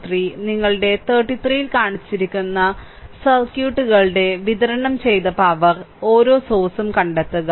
3 നിങ്ങളുടെ 33 ൽ കാണിച്ചിരിക്കുന്ന സർക്യൂട്ടുകളിൽ വിതരണം ചെയ്ത പവർ ഓരോ സോഴ്സും കണ്ടെത്തുക